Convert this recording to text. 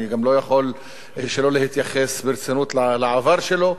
אני גם לא יכול שלא להתייחס ברצינות לעבר שלו.